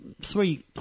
three